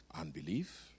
unbelief